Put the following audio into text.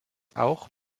auch